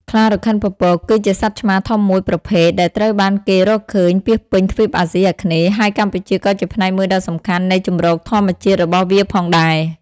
ខ្លារខិនពពក គឺជាសត្វឆ្មាធំមួយប្រភេទដែលត្រូវបានគេរកឃើញពាសពេញទ្វីបអាស៊ីអាគ្នេយ៍ ហើយកម្ពុជាក៏ជាផ្នែកមួយដ៏សំខាន់នៃជម្រកធម្មជាតិរបស់វាផងដែរ។